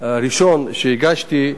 הראשון שהגשתי,